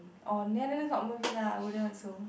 orh then that's not worth it lah I wouldn't also